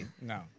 No